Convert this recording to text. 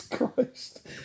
Christ